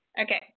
Okay